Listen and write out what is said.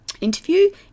interview